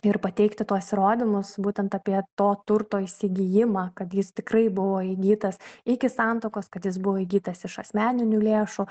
ir pateikti tuos įrodymus būtent apie to turto įsigijimą kad jis tikrai buvo įgytas iki santuokos kad jis buvo įgytas iš asmeninių lėšų